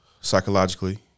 psychologically